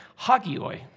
hagioi